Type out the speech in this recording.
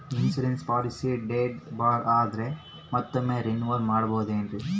Insurance policy date ಬಾರ್ ಆದರೆ ಮತ್ತೊಮ್ಮೆ ರಿನಿವಲ್ ಮಾಡಬಹುದ್ರಿ?